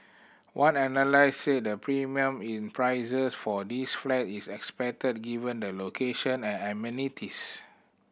one analyst said the premium in prices for these flat is expected given the location and amenities